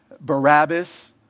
Barabbas